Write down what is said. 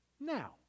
Now